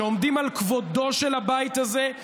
שעומדים על כבודו של הבית הזה,